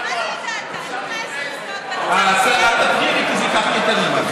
דקות, ואתה צריך לסיים.